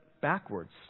backwards